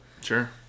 sure